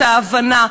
את ההבנה,